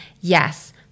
yes